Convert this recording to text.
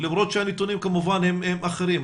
למרות שהנתונים כמובן אחרים,